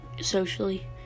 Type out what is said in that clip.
socially